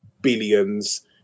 billions